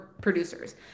producers